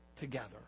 together